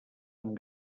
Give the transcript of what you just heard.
amb